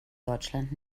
deutschland